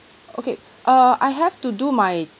okay err I have to do my